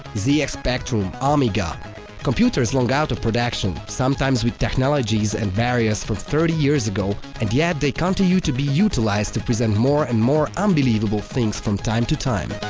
spectrum, ah amiga. computers long out of production, sometimes with technologies and barriers from thirty years ago, and yet they continue to be utilized to present more and more unbelievable things from time to time.